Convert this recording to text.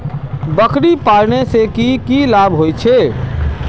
बकरी पालने से की की लाभ होचे?